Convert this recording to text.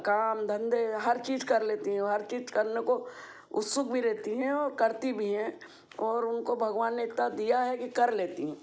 काम धंधे हर चीज कर लेती हैं वो हर चीज करने को उत्सुक भी रहती हैं वो करती भी हैं और उनको भगवान ने इतना दिया है कि कर लेती है